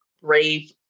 Brave